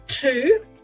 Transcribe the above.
Two